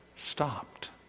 stopped